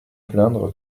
plaindre